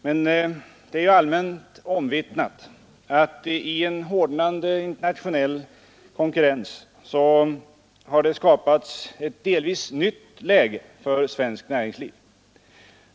Men det är ju allmänt omvittnat att i en hårdnande internationell konkurrens har skapats ett delvis nytt läge för svenskt näringsliv.